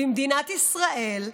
במדינת ישראל,